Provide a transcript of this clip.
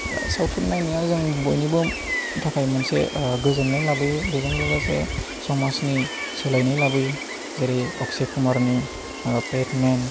दा सावथुन नायनाया जों बयनिबो थाखाय मोनसे गोजोननाय लाबोयो बेजों लोगोसे समाजनि सोलायनाय लाबोयो जेरै अक्षय कुमारनि पेदमेन